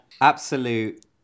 Absolute